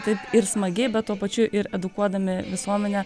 taip ir smagiai bet tuo pačiu ir edukuodami visuomenę